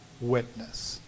witness